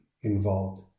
involved